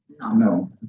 No